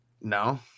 No